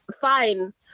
Fine